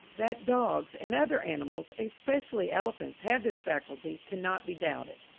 that dogs and other animals, especially elephants, have this faculty, cannot be doubted.